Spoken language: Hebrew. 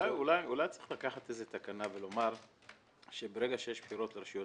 אולי צריך לקחת איזו תקנה ולומר שברגע שיש בחירות לרשויות